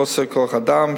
חוסר כוח-אדם,